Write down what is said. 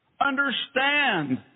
understand